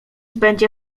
będzie